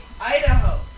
Idaho